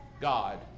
God